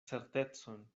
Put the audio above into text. certecon